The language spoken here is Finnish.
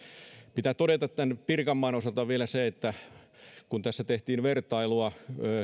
pitää todeta pirkanmaan osalta vielä se kun tässä tehtiin vertailua